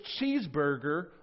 cheeseburger